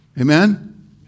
Amen